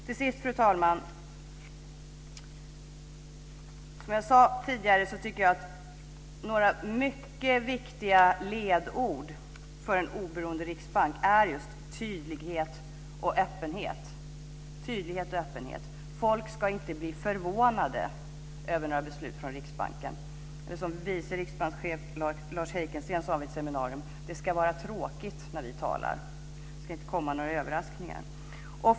Till sist tycker jag, som jag sade tidigare, att några mycket viktiga ledord för en oberoende riksbank är just tydlighet och öppenhet. Folk ska inte bli förvånade över några beslut från Riksbanken, eller som vice riksbankschef Lars Heikensten sade vid ett seminarium: Det ska var tråkigt när vi talar. Det ska inte komma några överraskningar.